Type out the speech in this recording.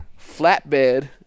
flatbed